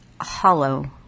hollow